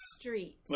street